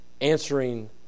answering